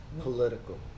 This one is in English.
Political